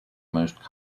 most